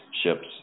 ships